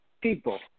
people